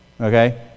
okay